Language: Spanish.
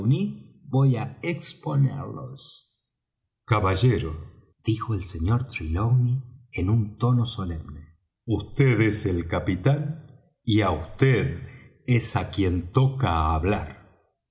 voy á exponerlos caballero dijo el sr trelawney en un tono solemne vd es el capitán y á vd es á quien toca hablar